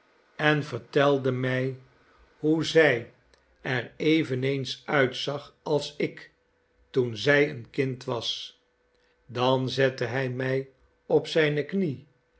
en vertelde mij hoe zij er eveneens uitzag als ik toen zij een kind was dan zette hij mij op zijne knie